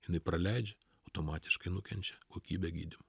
jinai praleidžia automatiškai nukenčia kokybė gydymo